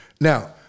Now